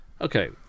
Okay